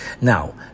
Now